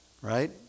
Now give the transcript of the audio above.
right